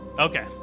Okay